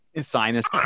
sinus